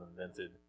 invented